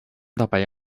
dabei